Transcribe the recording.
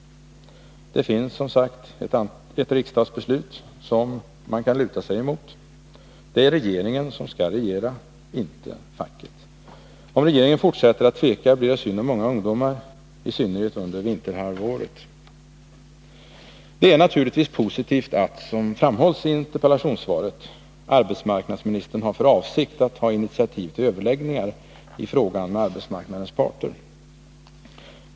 Det finns, som sagt, ett riksdagsbeslut som man kan luta sig emot. Det är regeringen som skall regera — inte facket! Om regeringen fortsätter att tveka, Nr 50 blir det synd om många ungdomar — i synnerhet under vinterhalvåret. Fredagen den Det är naturligtvis positivt att — som framhålls i interpellationssvaret — 11 december 1981 arbetsmarknadsministern har för avsikt att ta initiativ till överläggningar i frågan med arbetsmarknadens parter.